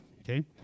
okay